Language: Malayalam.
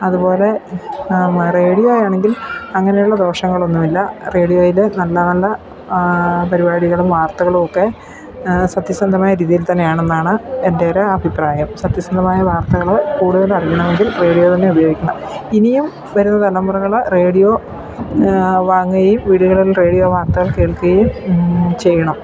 അതുപോലെ റേഡിയോയാണെങ്കിൽ അങ്ങനെയുള്ള ദോഷങ്ങളൊന്നുമില്ല റേഡിയോയിൽ നല്ല നല്ല പരിപാടികളും വാർത്തകളും ഒക്കെ സത്യസന്ധമായ രീതിയിൽ തന്നെയാണെന്നാണ് എൻ്റെ ഒരു അഭിപ്രായം സത്യസന്ധമായ വാർത്തകൾ കൂടുതൽ അറിയണമെങ്കിൽ റേഡിയോ തന്നെ ഉപയോഗിക്കണം ഇനിയും വരുന്ന തലമുറകൾ റേഡിയോ വാങ്ങുകയും വീടുകളിൽ റേഡിയോ വാർത്തകൾ കേൾക്കുകയും ചെയ്യണം